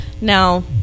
Now